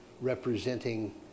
representing